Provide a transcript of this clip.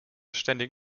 ständig